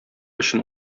өчен